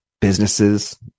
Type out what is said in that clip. businesses